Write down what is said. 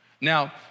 Now